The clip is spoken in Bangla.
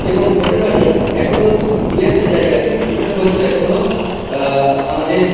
এবং হতে পারে এখনো দু একটা জায়গা আছে যেখানে হয়তো এখনো আমাদের